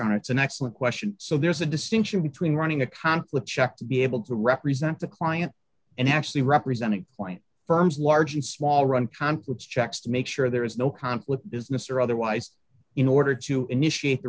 honor it's an excellent question so there's a distinction between running a conflict check to be able to represent the client and actually representing point firms large and small run conflicts checks to make sure there is no conflict business or otherwise in order to initiate the